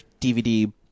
DVD